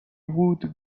would